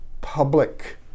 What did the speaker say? public